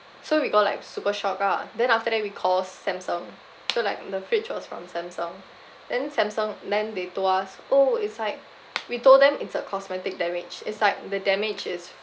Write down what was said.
so we got like super shocked ah then after that we call samsung so like the fridge was from samsung then samsung then they told us oh it's like we told them it's a cosmetic damage it's like the damage is